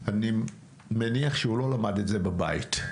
אני מניח שהוא לא למד את זה בבית,